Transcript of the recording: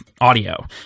audio